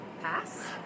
pass